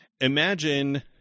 Imagine